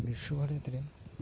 ᱵᱤᱥᱥᱚ ᱵᱷᱟᱨᱚᱛᱤ ᱨᱮ